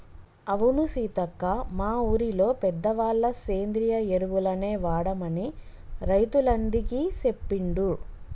అవును సీతక్క మా ఊరిలో పెద్దవాళ్ళ సేంద్రియ ఎరువులనే వాడమని రైతులందికీ సెప్పిండ్రు